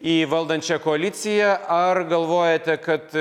į valdančią koaliciją ar galvojate kad